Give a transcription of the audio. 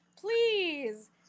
Please